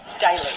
daily